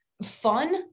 Fun